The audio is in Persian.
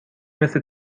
مثل